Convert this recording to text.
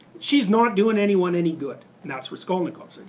she's not doing anyone any good. and that's raskolnikov's and